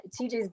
TJ's